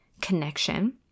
connection